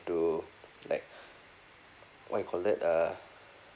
to like what you call that uh